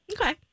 Okay